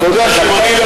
כתוב לי,